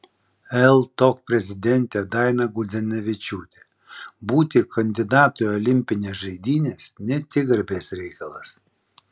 ltok prezidentė daina gudzinevičiūtė būti kandidatu į olimpines žaidynes ne tik garbės reikalas